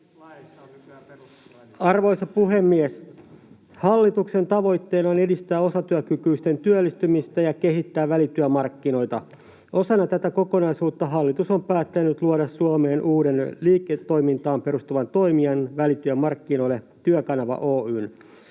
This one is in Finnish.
Arvoisa puhemies! Hallituksen tavoitteena on edistää osatyökykyisten työllistymistä ja kehittää välityömarkkinoita. Osana tätä kokonaisuutta hallitus on päättänyt luoda Suomeen uuden liiketoimintaan perustuvan toimijan välityömarkkinoille, Työkanava Oy:n.